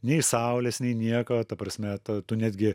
nei saulės nei nieko ta prasme ta tu netgi